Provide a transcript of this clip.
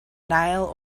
nile